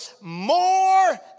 more